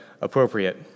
appropriate